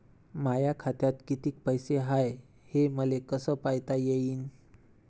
माया खात्यात कितीक पैसे हाय, हे मले कस पायता येईन?